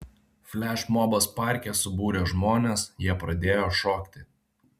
flešmobas parke subūrė žmones jie pradėjo šokti